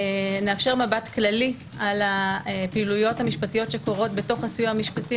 נאפשר מבט כללי על הפעילויות המשפטיות שקורות בתוך הסיוע המשפטי.